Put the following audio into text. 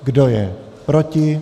Kdo je proti?